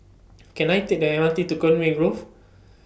Can I Take The M R T to Conway Grove